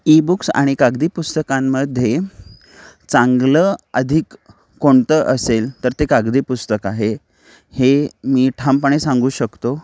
ebooks आणि कागदी पुस्तकांमध्ये चांगलं अधिक कोणतं असेल तर ते कागदी पुस्तक आहे हे मी ठामपणे सांगू शकतो